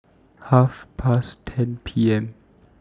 Half Past ten P M